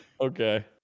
okay